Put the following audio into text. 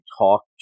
talk